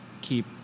keep